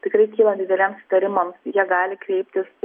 tikrai kylant dideliems įtarimams jie gali kreiptis